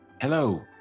Hello